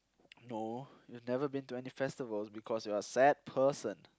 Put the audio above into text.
no you've never been to any festivals because you are a sad person